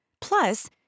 Plus